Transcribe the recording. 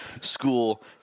school